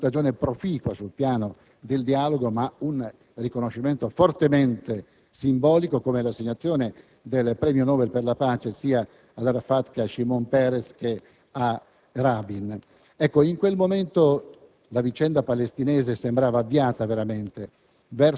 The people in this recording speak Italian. di una stagione proficua sul piano del dialogo, ma anche un riconoscimento fortemente simbolico, come l'assegnazione del premio Nobel per la pace ad Arafat, Shimon Peres e lo stesso Rabin. In quel momento la vicenda palestinese sembrava avviata veramente